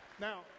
Now